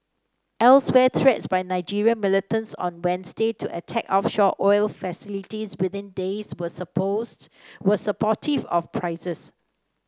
elsewhere threats by Nigerian militants on Wednesday to attack offshore oil facilities within days were supports were supportive of prices